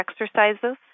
exercises